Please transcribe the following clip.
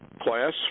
class